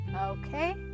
okay